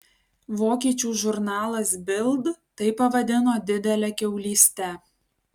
vokiečių žurnalas bild tai pavadino didele kiaulyste